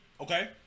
Okay